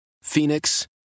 Phoenix